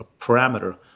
parameter